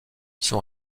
son